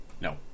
No